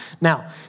Now